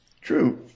true